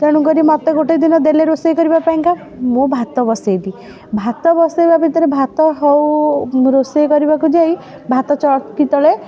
ତେଣୁ କରି ମୋତେ ଗୋଟିଏ ଦିନ ଦେଲେ ରୋଷେଇ କରିବା ପାଇଁକା ମୁଁ ଭାତ ବସେଇଲି ଭାତ ବସେଇବା ଭିତରେ ଭାତ ହେଉ ମୁଁ ରୋଷେଇ କରିବାକୁ ଯାଇ ଭାତ ଚଟକି ତଳେ